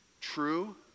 True